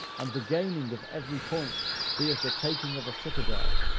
and the gaining of every point be as the taking of a citadel,